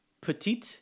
petit